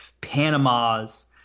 Panama's